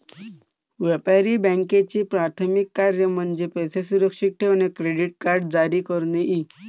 व्यापारी बँकांचे प्राथमिक कार्य म्हणजे पैसे सुरक्षित ठेवणे, क्रेडिट कार्ड जारी करणे इ